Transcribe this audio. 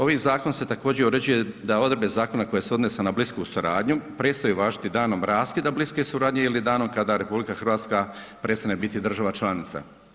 Ovim zakonom se također uređuje da odredbe zakona koje se odnose na blisku suradnju prestaju važiti danom raskida bliske suradnje ili danom kada RH prestane biti država članica.